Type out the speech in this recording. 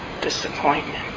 disappointment